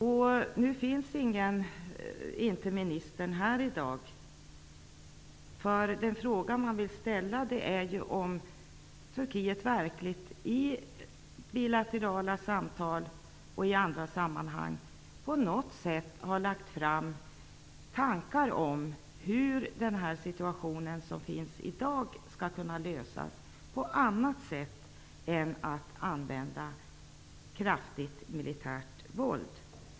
Nu är ministern inte här i dag, men den fråga jag vill ställa är om Turkiet verkligen i bilaterala samtal och i andra sammanhang på något sätt har lagt fram tankar om hur dagens situation skall kunna lösas, annat än genom kraftigt militärt våld.